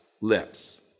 lips